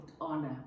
honor